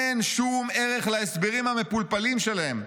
"אין שום ערך להסברים המפולפלים שלהם,